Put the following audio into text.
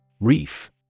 Reef